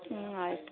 ಹ್ಞೂ ಆಯಿತು